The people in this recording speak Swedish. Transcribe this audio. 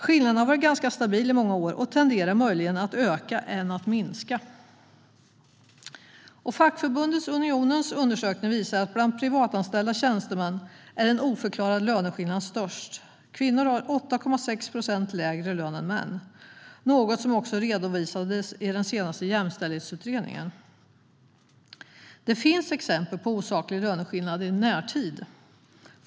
Skillnaden har varit ganska stabil i många år och tenderar möjligen att öka än att minska". Fackförbundet Unionens undersökning visar att det är bland privatanställda tjänstemän som den oförklarade löneskillnaden är störst - kvinnor har 8,6 procent lägre lön än män, något som också redovisas i den senaste jämställdhetsutredningen. Det finns exempel på osaklig löneskillnad i närtid.